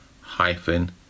hyphen